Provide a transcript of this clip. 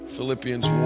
Philippians